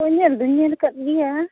ᱚ ᱧᱮᱞ ᱫᱩᱧ ᱧᱮᱞ ᱟᱠᱟᱫ ᱜᱮᱭᱟ